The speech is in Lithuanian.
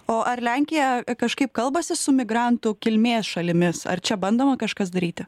o ar lenkija kažkaip kalbasi su migrantų kilmės šalimis ar čia bandoma kažkas daryti